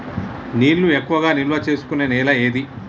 నీళ్లు ఎక్కువగా నిల్వ చేసుకునే నేల ఏది?